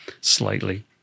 slightly